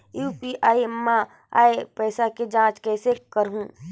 UPI मा आय पइसा के जांच कइसे करहूं?